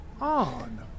On